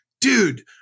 dude